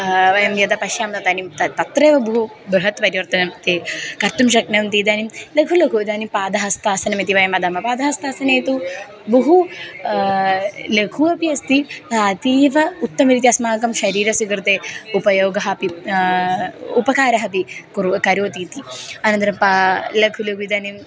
वयं यदा पश्यामः इदानीं तत्रैव बहु बृहत् परिवर्तनं ते कर्तुं शक्नुवन्ति इदानिं लघु लघु इदानीं पादहस्तासनमिति वयम् वदामः पादहस्तासने तु बहु लघु अपि अस्ति अतीव उत्तमरीत्या अस्माकं शरीरस्य कृते उपयोगः अपि उपकारः अपि कुरु करोति इति अनन्तरं पा लघु लघु इदानीं